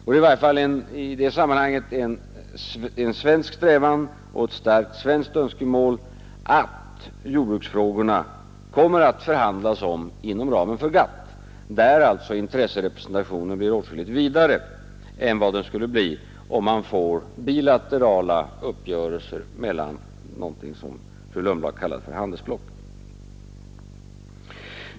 I det sammanhanget är det i varje fall en svensk strävan och ett starkt önskemål att jordbruksfrågorna kommer att upptas till förhandlingar inom ramen för GATT, där intresserepresentationen följaktligen blir åtskilligt vidare än vad den skulle bli om man får till stånd bilaterala uppgörelser mellan någonting som fru Lundblad kallade handelsblock.